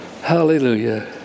Hallelujah